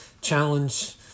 challenge